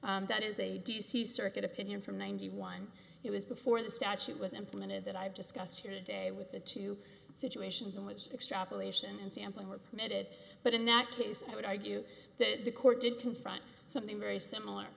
care that is a d c circuit opinion from ninety one it was before the statute was implemented that i have discussed here today with the two situations in which extrapolation and sampling were permitted but in that case i would argue that the court did confront something very similar